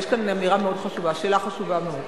יש כאן אמירה מאוד חשובה, שאלה חשובה מאוד.